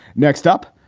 next up,